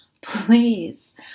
please